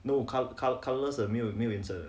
no col~ col~ colorless 的没有颜色的